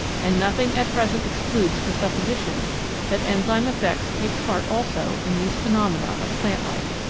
and nothing at present excludes the supposition that enzyme effects take part also in these pheno mena of plant life.